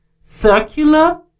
circular